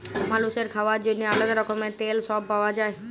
মালুসের খাওয়ার জন্যেহে আলাদা রকমের তেল সব পাওয়া যায়